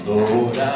Lord